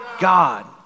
God